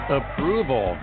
approval